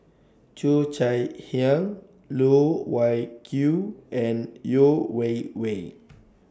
Cheo Chai Hiang Loh Wai Kiew and Yeo Wei Wei